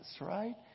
right